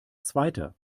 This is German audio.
zweiter